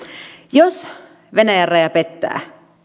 jos venäjän raja pettää